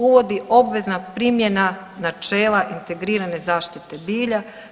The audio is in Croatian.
Uvodi obvezna primjena načela integrirane zaštite bilja.